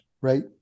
right